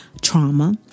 trauma